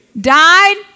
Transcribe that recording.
died